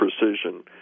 precision